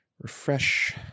Refresh